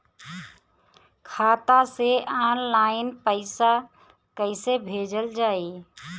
खाता से ऑनलाइन पैसा कईसे भेजल जाई?